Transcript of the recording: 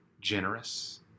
generous